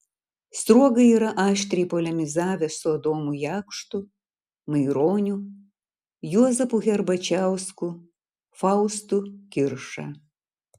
sruoga yra aštriai polemizavęs su adomu jakštu maironiu juozapu herbačiausku faustu kirša